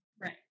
right